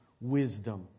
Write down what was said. wisdom